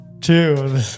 two